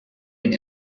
been